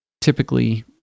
typically